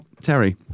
Terry